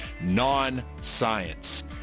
non-science